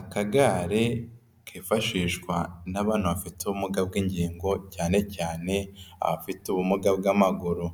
Akagare kifashishwa n'abana bafite ubumuga bw'ingingo cyane cyane abafite ubumuga bw'amaguru,